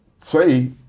say